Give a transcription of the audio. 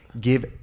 give